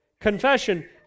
confession